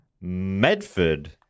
Medford